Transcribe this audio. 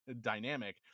dynamic